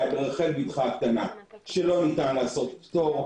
ברחל בתך הקטנה שלא ניתן לעשות פטור,